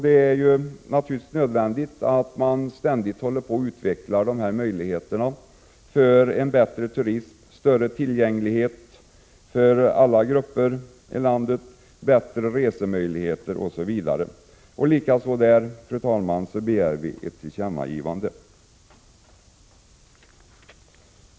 Det är naturligtvis nödvändigt att man ständigt utvecklar en bättre turism, större tillgänglighet för alla grupper i landet, bättre resemöjligheter osv. Även i detta sammanhang begär vi ett tillkännagivande.